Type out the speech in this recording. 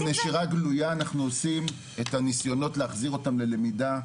בנשירה גלויה אנחנו עושים את הנסיונות להחזיר אותם ללמידה,